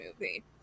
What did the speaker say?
movie